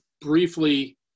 briefly